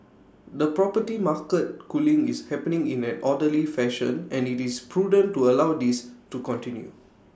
the property market cooling is happening in an orderly fashion and IT is prudent to allow this to continue